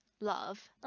love